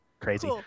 crazy